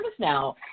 ServiceNow